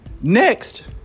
Next